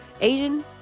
Asian